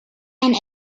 and